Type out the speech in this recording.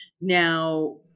Now